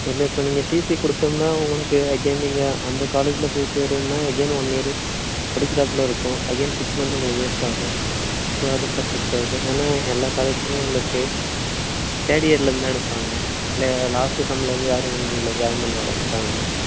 இல்லை இப்போது நீங்கள் டீசி கொடுத்தோம்னா உங்களுக்கு அகைன் நீங்கள் அந்த காலேஜில் போய் சேருறதுனா அகைன் ஒன் இயர் படிக்கிறாப்ல இருக்கும் அகைன் சிக்ஸ் மந்த் உங்களுக்கு வேஸ்ட் ஆகும் ஸோ அது பர்பஸ்காக தான் ஏன்னா எல்லா காலேஜுமே உங்களுக்கு தேர்ட் இயர்லேர்ந்துதான் எடுப்பாங்க இல்லை லாஸ்ட் செம்லேருந்து யாரும் உங்களை ஜாயின் பண்ண விடமாட்டாங்க